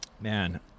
Man